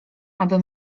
aby